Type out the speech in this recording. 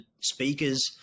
speakers